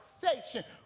conversation